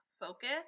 focus